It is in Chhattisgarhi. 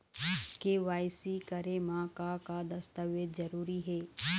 के.वाई.सी करे म का का दस्तावेज जरूरी हे?